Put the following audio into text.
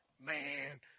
Man